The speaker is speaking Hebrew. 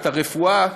את הרפואה,